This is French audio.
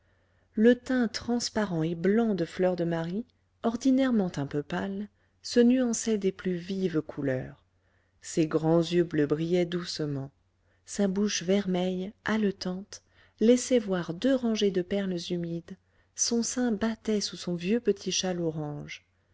le teint transparent et blanc de fleur de marie ordinairement un peu pâle se nuançait des plus vives couleurs ses grands yeux bleus brillaient doucement sa bouche vermeille haletante laissait voir deux rangées de perles humides son sein battait sous son vieux petit châle orange